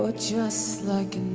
ah just like